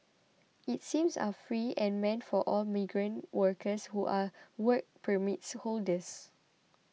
its seems are free and meant for all migrant workers who are Work Permit holders